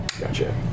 Gotcha